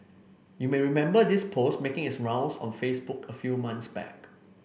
you may remember this post making its rounds on Facebook a few months back